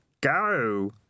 go